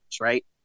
right